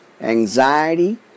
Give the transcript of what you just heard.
anxiety